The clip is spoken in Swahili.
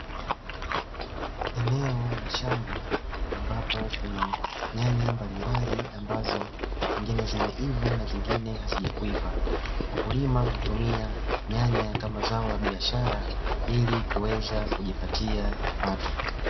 Eneo la shamba ambapo kuna nyanya mbalimbali ambapo zingine zimeiva na nyingine hazijaiva. Wakulima hutumia nyanya kama zao la biashara ili kuweza kujipatia kipato.